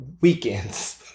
weekends